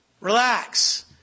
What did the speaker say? Relax